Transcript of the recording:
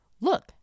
Look